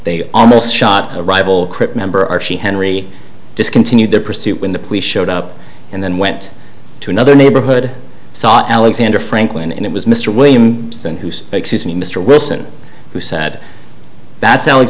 they almost shot a rival crip member archie henry discontinued their pursuit when the police showed up and then went to another neighborhood saw alexander franklin and it was mr william who's excuse me mr wilson who said that